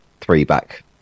three-back